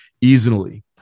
easily